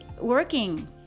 working